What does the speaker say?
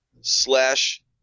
slash